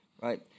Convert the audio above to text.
right